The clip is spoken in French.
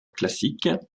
classiques